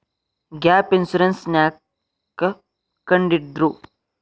Gap insurance ನ್ಯಾಕ್ ಕಂಢಿಡ್ದ್ರು?